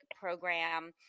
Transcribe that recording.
program